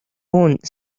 hunt